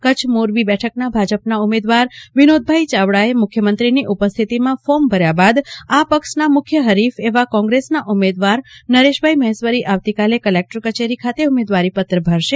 કચ્છ મોરબી બેઠકના ભાજપના ઉમેદવાર વિનોદભાઇ ચાવડાએ મુખ્યમંત્રીની ઉપસ્થિતિમાં ફોર્મ ભર્યા બાદ આ પક્ષના મુખ્ય હરીફ એવા કોંગ્રેસના ઉમેદવાર નરેશભાઇ મહેશ્વરી આવતીકાલે કલેકટર કચેરી ખાતે ઉમેદવારીપત્ર ભરશે